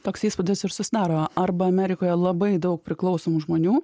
toks įspūdis ir susidaro arba amerikoje labai daug priklausomų žmonių